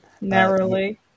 narrowly